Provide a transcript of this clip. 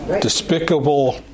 despicable